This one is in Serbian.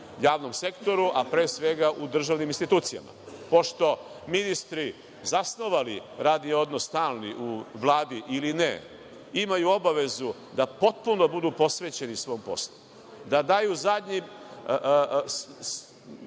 javnom sektoru, a pre svega u državnim institucijama. Pošto ministri zasnovali stalni radni odnos u Vladi ili ne, imaju obavezu da potpuno budu posvećeni svom poslu, da daju zadnji